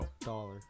Dollar